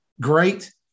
great